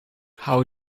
how